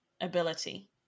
ability